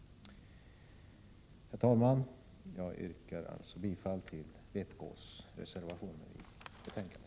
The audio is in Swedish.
Herr talman! Jag yrkar alltså bifall till vpk:s reservationer i betänkandet.